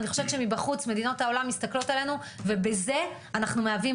אני חושבת שמבחוץ מדינות העולם מסתכלות עלינו ובזה אנחנו מהווים